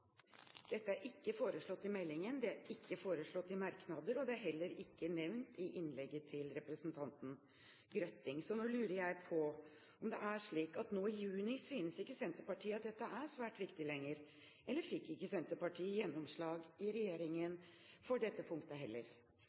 Dette er ikke foreslått i meldingen, det er ikke foreslått i merknader, og det er heller ikke nevnt i innlegget til representanten Grøtting. Så nå lurer jeg på om det er slik at nå i juni synes ikke Senterpartiet at dette er svært viktig lenger, eller fikk ikke Senterpartiet gjennomslag i regjeringen for dette punktet heller?